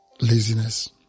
laziness